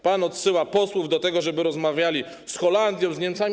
Pan odsyła posłów do tego, aby rozmawiali z Holandią, z Niemcami.